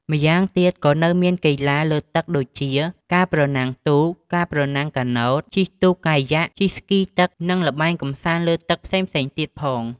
ម្យ៉ាងទៀតក៏មាននៅ កីឡាលើទឹកដូចជា ការប្រណាំងទូក ប្រណាំងកាណូត ជិះទូកកាយ៉ាក ជិះស្គីទឹក និងល្បែងកម្សាន្តលើទឹកផ្សេងៗទៀតផង។